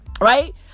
Right